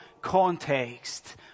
context